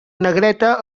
negreta